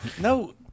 No